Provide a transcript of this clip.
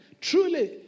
Truly